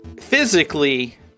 physically